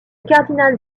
cardinal